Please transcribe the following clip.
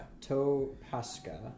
To-Pasca